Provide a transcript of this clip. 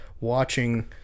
watching